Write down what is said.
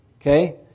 okay